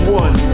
one